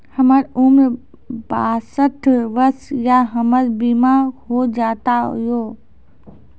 हमर उम्र बासठ वर्ष या हमर बीमा हो जाता यो?